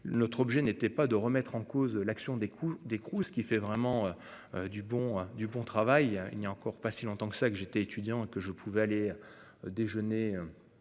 l'autre objet n'était pas de remettre en cause l'action des coups d'écrous, ce qui fait vraiment. Du bon, du bon travail, il y a encore pas si longtemps que ça, que j'étais étudiant et que je pouvais aller. Déjeuner.